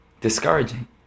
discouraging